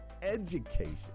education